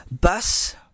bus